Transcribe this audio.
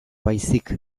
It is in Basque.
baizik